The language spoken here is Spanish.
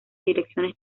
direcciones